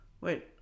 Wait